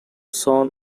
son